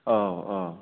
औ औ